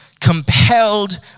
compelled